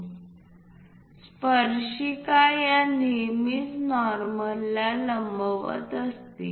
स्पर्शिका या नेहमीच या नॉर्मलला लंबवत असते